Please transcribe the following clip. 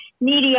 media